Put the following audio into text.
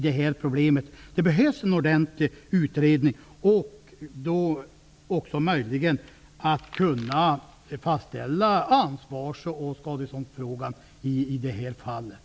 Det behövs en ordentlig utredning så att man om möjligt kan fastställa ansvaret och skadeståndsskyldigheten.